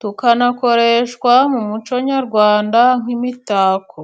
tukanakoreshwa mu muco nyarwanda nk'imitako.